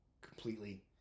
completely